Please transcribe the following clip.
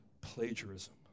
plagiarism